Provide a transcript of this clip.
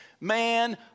man